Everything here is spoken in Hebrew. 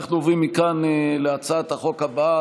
אנחנו עוברים מכאן להצעת החוק הבאה,